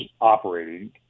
operating